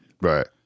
Right